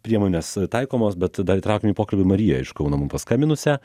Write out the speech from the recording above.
priemonės taikomos bet dar įtraukim į pokalbį mariją iš kauno mum paskambinusią